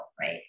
right